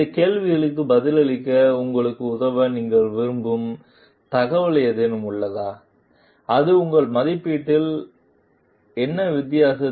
இந்த கேள்விகளுக்கு பதிலளிக்க உங்களுக்கு உதவ நீங்கள் விரும்பும் தகவல்கள் ஏதேனும் உள்ளதாஅது உங்கள் மதிப்பீட்டில் என்ன வித்தியாசம்